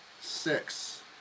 Six